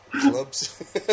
clubs